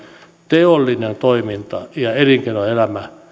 teollinen toiminta ja elinkeinoelämä